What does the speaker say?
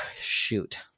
shoot